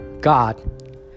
God